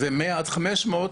100 עד 500,